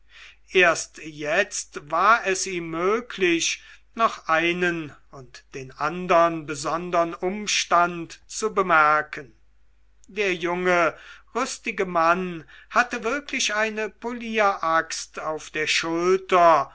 erst jetzt war es ihm möglich noch einen und den andern besondern umstand zu bemerken der junge rüstige mann hatte wirklich eine polieraxt auf der schulter